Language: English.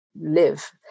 live